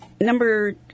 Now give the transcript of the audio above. Number